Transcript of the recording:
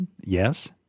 Yes